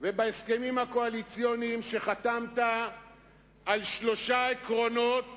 ובהסכמים הקואליציוניים שחתמת בשלושה עקרונות